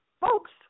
folks